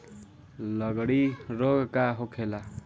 लगड़ी रोग का होखेला?